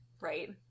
right